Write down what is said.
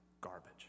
garbage